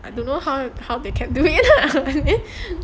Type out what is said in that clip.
I don't know how how they can do it